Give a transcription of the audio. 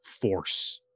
force